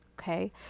Okay